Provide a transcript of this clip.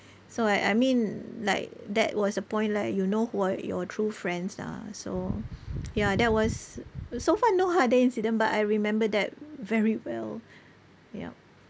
so I I mean like that was a point like you know who are your true friends lah so ya that was so far no other incident but I remember that very well yup